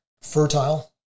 fertile